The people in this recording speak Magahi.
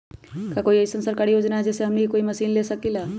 का कोई अइसन सरकारी योजना है जै से हमनी कोई मशीन ले सकीं ला?